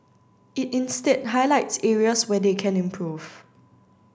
it instead highlights areas where they can improve